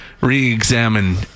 re-examine